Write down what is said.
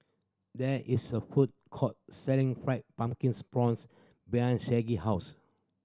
there is a food court selling fried pumpkins prawns behind Saige house